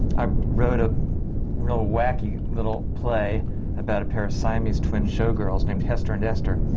i wrote a real wacky little play about a pair of siamese twin showgirls, named hester and esther